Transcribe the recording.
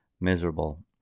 miserable